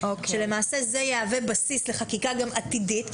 שלמעשה זה יהווה בסיס לחקיקה גם עתידית.